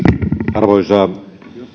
arvoisa